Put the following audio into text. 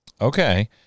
Okay